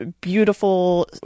beautiful